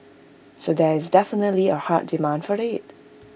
so there is definitely A hard demand for IT